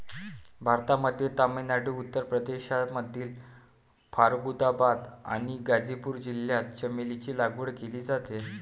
भारतामध्ये तामिळनाडू, उत्तर प्रदेशमधील फारुखाबाद आणि गाझीपूर जिल्ह्यात चमेलीची लागवड केली जाते